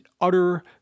utter